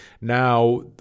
now